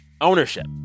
Ownership